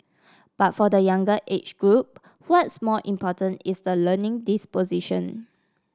but for the younger age group what's more important is the learning disposition